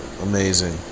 Amazing